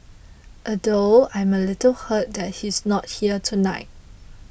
although I'm a little hurt that he's not here tonight